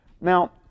Now